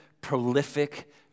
prolific